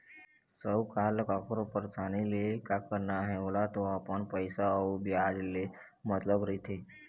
साहूकार ल कखरो परसानी ले का करना हे ओला तो अपन पइसा अउ बियाज ले मतलब रहिथे